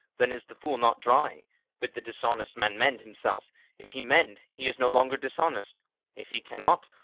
then is the fool not dry bid the dishonest man mend himself if he mend, he is no longer dishonest if he cannot,